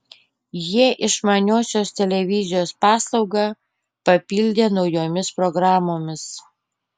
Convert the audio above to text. jie išmaniosios televizijos paslaugą papildė naujomis programomis